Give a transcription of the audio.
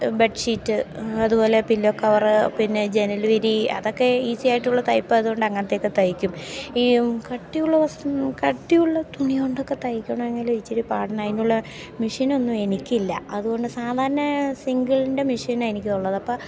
bedsheet അതുപോലെ pillow cover പിന്നെ ജനൽവിരി അതൊക്കെ ഈസി ആയിട്ടുള്ള തയ്പ്പായതുകൊണ്ട് അങ്ങനത്തെയൊക്കെ തയ്ക്കും ഈ കട്ടിയുള്ള വസ്ത്രം കട്ടിയുള്ള തുണികൊണ്ടൊക്കെ തയ്ക്കണമെങ്കിൽ ഇച്ചിരി പാടാണ് അതിനുള്ള മെഷീനൊന്നും എനിക്കില്ല അതുകൊണ്ട് സാധാരണ സിംഗിളിൻ്റെ മെഷീൻ എനിക്ക് ഉള്ളത് അപ്പോൾ ആ